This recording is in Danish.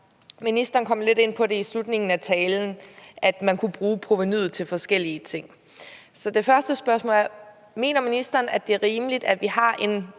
ministeren kom lidt ind på i slutningen af talen, nemlig at man kunne bruge provenuet til forskellige ting. Så det første spørgsmål er: Mener ministeren, det er rimeligt, at vi har en